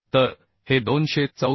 तर हे 294